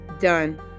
done